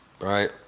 right